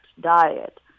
diet